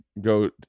go